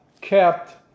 kept